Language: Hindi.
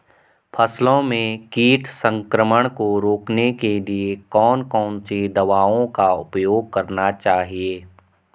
फसलों में कीट संक्रमण को रोकने के लिए कौन कौन सी दवाओं का उपयोग करना चाहिए?